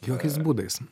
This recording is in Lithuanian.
jokiais būdais